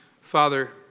Father